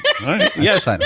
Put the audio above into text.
Yes